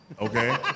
okay